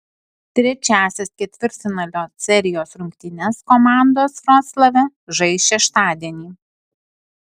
trečiąsias ketvirtfinalio serijos rungtynes komandos vroclave žais šeštadienį